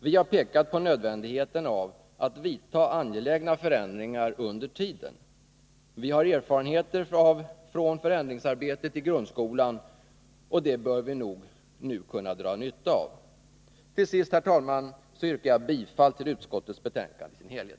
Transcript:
Vi har pekat på nödvändigheten av att vidta angelägna förändringar under tiden. Vi har erfarenheter från förändringsarbetet i grundskolan, och det bör vi nu kunna dra nytta av. Till sist, herr talman, yrkar jag bifall till utskottets hemställan i dess helhet.